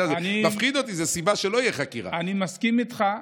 אני אומר לך,